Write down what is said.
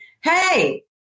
Hey